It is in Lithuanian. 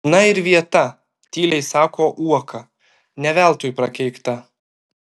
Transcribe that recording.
na ir vieta tyliai sako uoka ne veltui prakeikta